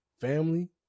family